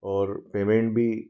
और पेमेन्ट भी